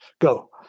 go